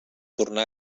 tornar